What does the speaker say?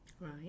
Right